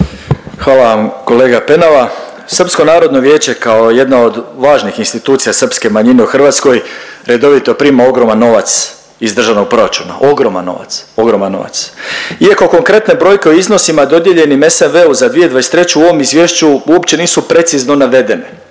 Hvala vam kolega Penava. Srpsko narodno vijeće kao jedna od važnih institucija srpske manjine u Hrvatskoj redovito prima ogroman novac iz državnog proračuna, ogroman novac, ogroman novac. Iako konkretne brojke o iznosima dodijeljene SNV-u za 2023. u ovom Izvješću uopće nisu precizno navedene,